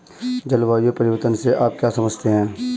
जलवायु परिवर्तन से आप क्या समझते हैं?